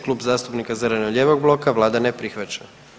Klub zastupnika zeleno-lijevog bloka, vlada ne prihvaća.